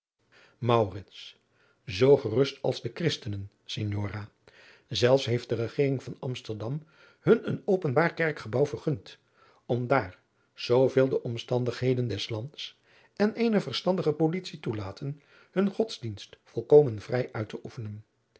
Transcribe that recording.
zoo gerust als de christenen signora zelfs heeft de regering van amsterdam hun een openbaar kerkgebouw vergund om daar zooveel de omstandigheden des lands en eene verstandige politie toelaten hunn godsdienst volkomen vrij uit te oefenen